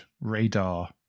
radar